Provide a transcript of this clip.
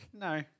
No